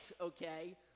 okay